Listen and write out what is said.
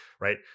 Right